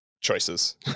choices